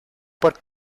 por